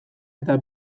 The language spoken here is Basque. eta